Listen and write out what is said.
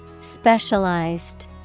Specialized